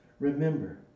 Remember